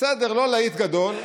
לא להיט גדול,